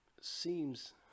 seems